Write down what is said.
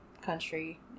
country